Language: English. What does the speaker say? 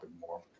more